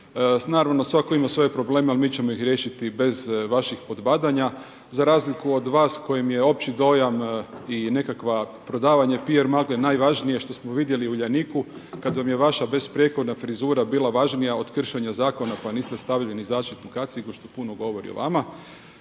Naravno, svatko ima svoje probleme a mi ćemo ih riješiti bez vaših podbadanja. Za razliku od vas kojem je opći dojam i nekakva prodavanja PR magle najvažnije što smo vidjeli u Uljaniku, kada vam je vaša besprijekorna frizura bila važnija od kršenja zakona pa niste stavili ni zaštitnu kacigu što puno govori o vama,